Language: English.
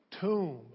tomb